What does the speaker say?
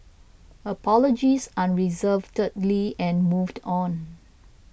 apologise unreservedly and moved on